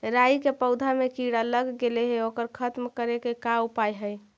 राई के पौधा में किड़ा लग गेले हे ओकर खत्म करे के का उपाय है?